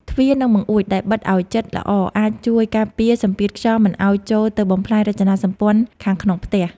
ទ្វារ និងបង្អួចដែលបិទឱ្យជិតល្អអាចជួយការពារសម្ពាធខ្យល់មិនឱ្យចូលទៅបំផ្លាញរចនាសម្ព័ន្ធខាងក្នុងផ្ទះ។